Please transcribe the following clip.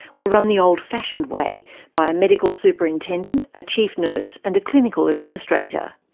were run the old-fashioned way by a medical superintendent, a chief nurse and a clinical administrator.